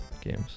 games